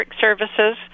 services